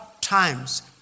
times